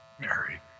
Mary